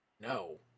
No